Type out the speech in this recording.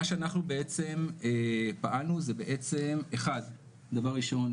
מה שאנחנו בעצם פעלנו זה דבר ראשון,